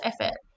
effort